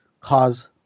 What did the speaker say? cause